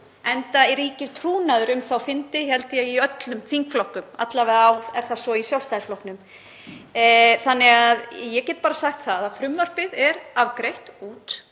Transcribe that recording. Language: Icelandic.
enda ríkir trúnaður um þá fundi í öllum þingflokkum, alla vega er það svo í Sjálfstæðisflokknum. Ég get bara sagt það að frumvarpið er afgreitt út